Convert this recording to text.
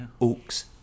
Oaks